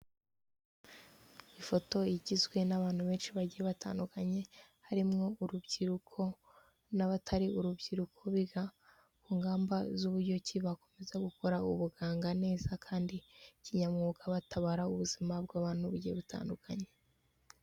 Ifoto igizwe n'abantu benshi bagiye batandukanye, harimwo urubyiruko n'abatari urubyiruko biga ku ngamba z'uburyo ki bakomeza gukora ubuganga neza, kandi kinyamwuga batabara ubuzima bw'abantu bugiye butandukanye.